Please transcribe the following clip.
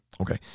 Okay